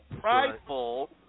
prideful